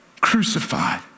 crucified